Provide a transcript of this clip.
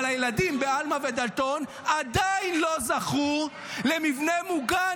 אבל הילדים בעלמה ובדלתון עדיין לא זכו למבנה מוגן,